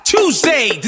Tuesday